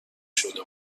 شده